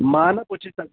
मां न कुझु